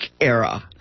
era